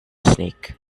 snake